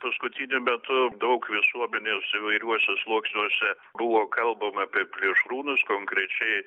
paskutiniu metu daug visuomenės įvairiuose sluoksniuose buvo kalbama apie plėšrūnus konkrečiai